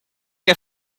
que